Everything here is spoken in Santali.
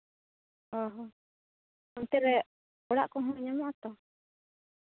ᱚᱦᱚᱸ ᱚᱱᱛᱮ ᱨᱮ ᱚᱲᱟᱜ ᱠᱚᱦᱚᱸ ᱧᱟᱢᱚᱜ ᱟᱛᱚ